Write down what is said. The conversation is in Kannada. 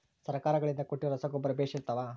ಸರ್ಕಾರಗಳಿಂದ ಕೊಟ್ಟಿರೊ ರಸಗೊಬ್ಬರ ಬೇಷ್ ಇರುತ್ತವಾ?